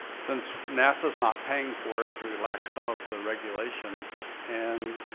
since nasa's not paying for it, to relax some of the regulations and,